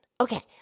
Okay